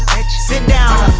sit down